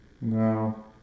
no